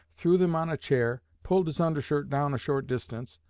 threw them on a chair, pulled his undershirt down a short distance,